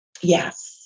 Yes